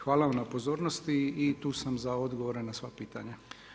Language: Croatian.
Hvala vam na pozornosti i tu sam za odgovore na sva pitanja.